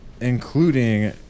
Including